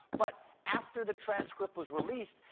but after the transcript was released,